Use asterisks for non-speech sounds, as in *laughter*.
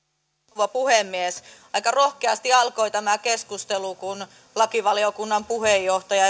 rouva puhemies aika rohkeasti alkoi tämä keskustelu kun lakivaliokunnan puheenjohtaja *unintelligible*